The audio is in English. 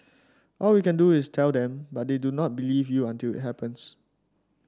all we can do is tell them but they do not believe you until it happens